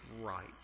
right